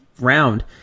round